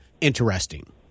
interesting